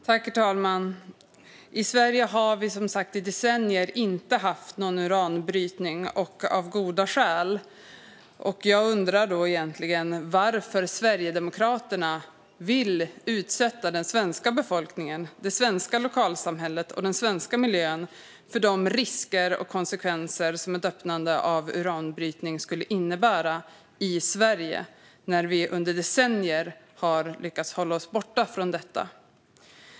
Herr talman! Sverige har av goda skäl under decennier inte haft någon uranbrytning. Jag undrar varför Sverigedemokraterna vill utsätta den svenska befolkningen, det svenska lokalsamhället och den svenska miljön för de risker och konsekvenser som ett öppnande för uranbrytning skulle innebära. Vi har som sagt i decennier lyckats hålla oss borta från detta.